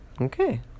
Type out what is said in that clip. Okay